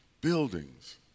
Buildings